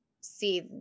see